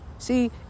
See